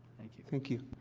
thank you. thank you.